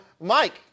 Mike